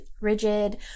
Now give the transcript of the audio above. rigid